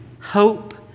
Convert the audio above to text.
hope